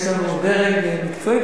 יש לנו דרג מקצועי.